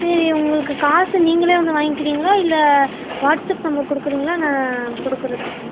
சரி உங்களுக்கு காசு நீங்களே வந்து வாங்கிக்கிறீங்களா இல்லை வாட்ஸ்அப் நம்பர் கொடுக்குறீங்களா நான் கொடுக்கறதுக்கு